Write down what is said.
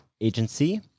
Agency